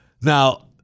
Now